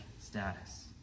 status